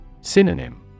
Synonym